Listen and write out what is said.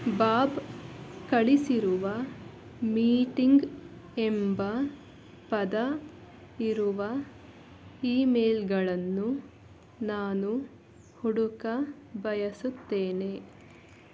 Bob ಕಳಿಸಿರುವ meeting ಎಂಬ ಪದ ಇರುವ ಇಮೇಲ್ಗಳನ್ನು ನಾನು ಹುಡುಕಬಯಸುತ್ತೇನೆ